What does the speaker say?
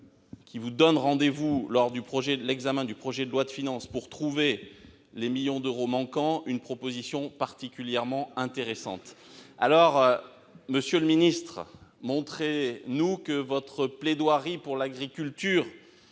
qui vous donne rendez-vous lors de l'examen du projet de loi de finances pour trouver les millions d'euros manquants, me semble particulièrement intéressante. Monsieur le ministre, montrez-nous que votre plaidoyer pour l'agriculture